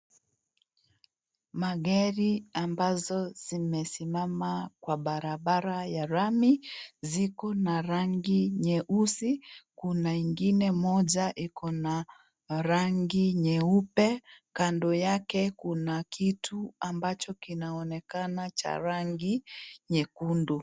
Magari ambazo zimesimama kwa Barabara ya lami ziko na rangi nyeusi. Kuna ingine moja iko na rangi nyeupe. Kando yake kuna kitu ambacho kinaonekana cha rangi nyekundu.